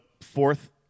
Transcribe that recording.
fourth